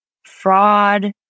Fraud